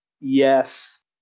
yes